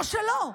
או שלא,